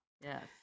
Yes